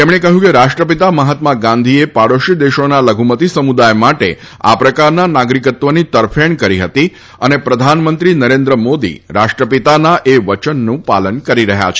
તેમણે કહ્યું કે રાષ્ટ્રપિતા મહાત્મા ગાંધીએ પાડોશી દેશોના લધુમતી સમુદાય માટે આ પ્રકારના નાગરિકત્વની તરફેણ કરી હતી અને પ્રધાનમંત્રી નરેન્દ્ર મોદી રાષ્ટ્રપિતાનાં એ વચનનું પાલન કરી રહ્યા છે